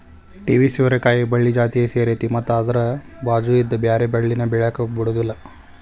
ಐವಿ ಸೋರೆಕಾಯಿ ಬಳ್ಳಿ ಜಾತಿಯ ಸೇರೈತಿ ಮತ್ತ ಅದ್ರ ಬಾಚು ಇದ್ದ ಬ್ಯಾರೆ ಬಳ್ಳಿನ ಬೆಳ್ಯಾಕ ಬಿಡುದಿಲ್ಲಾ